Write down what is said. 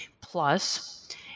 Plus